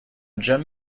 gem